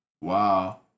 wow